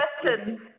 question